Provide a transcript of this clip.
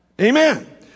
Amen